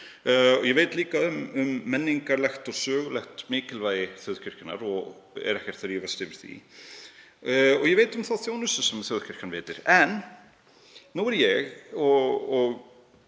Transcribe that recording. Ég veit líka um menningarlegt og sögulegt mikilvægi þjóðkirkjunnar og er ekkert að rífast yfir því. Ég veit um þá þjónustu sem þjóðkirkjan veitir. En nú er ég, og